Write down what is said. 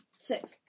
Six